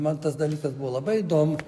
man tas dalykas buvo labai įdomu